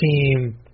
team